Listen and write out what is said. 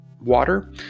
water